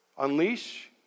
Unleash